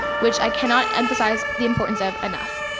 which i cannot emphasize the importance of enough.